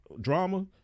drama